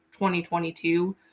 2022